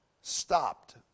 stopped